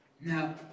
Now